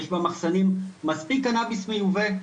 יש במחסנים מספיק קנאביס מיובא,